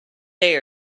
day